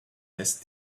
desk